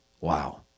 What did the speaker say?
Wow